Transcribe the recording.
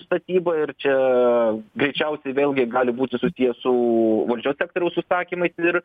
statyba ir čia greičiausiai vėlgi gali būti susiję su valdžios sektoriaus užsakymai ir